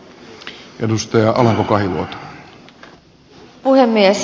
arvoisa puhemies